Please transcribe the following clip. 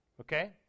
Okay